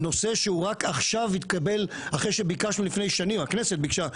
אבל אתם מתעקשים גם על זה וגם